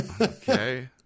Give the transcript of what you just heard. okay